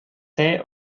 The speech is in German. zäh